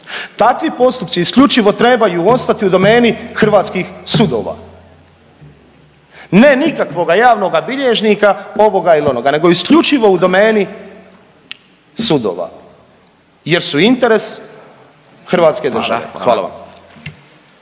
takvi postupci isključivo trebaju ostati u domeni hrvatskih sudova, ne nikakvoga javnoga bilježnika ovoga ili onoga nego isključivo u domeni sudova jer su interes Hrvatske države. Hvala vam.